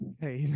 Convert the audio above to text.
Hey